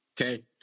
Okay